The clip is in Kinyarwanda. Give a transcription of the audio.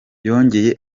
yongeye